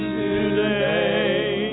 today